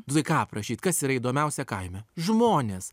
nu tai ką aprašyt kas yra įdomiausia kaime žmonės